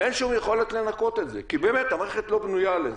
ואין שום יכולת לנקות את זה כי באמת המערכת לא בנויה לזה.